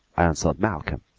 answered malcolm.